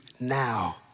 now